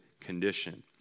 condition